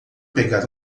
pegar